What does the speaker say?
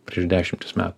prieš dešimtis metų